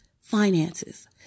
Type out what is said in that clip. finances